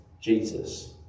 Jesus